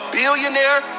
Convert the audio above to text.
billionaire